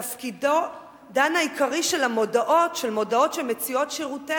תפקידן העיקרי של מודעות שמציעות שירותי